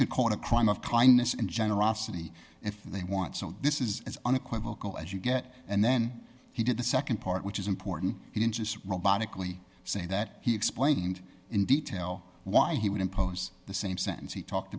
could call it a crime of kindness and generosity if they want so this is as unequivocal as you get and then he did the nd part which is important he insists robotically say that he explained in detail why he would impose the same sentence he talked